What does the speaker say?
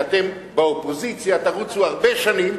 כי אתם באופוזיציה תרוצו הרבה שנים,